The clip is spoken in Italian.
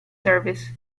service